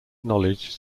knowledge